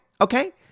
okay